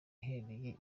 iherereye